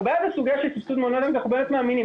אנחנו בעד הסוגיה של סבסוד מעונות יום כי אנחנו באמת מאמינים.